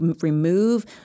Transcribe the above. remove